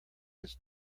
its